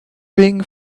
ring